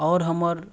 आओर हमर